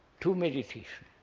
to meditation?